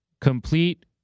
Complete